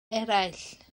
eraill